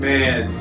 Man